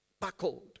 buckled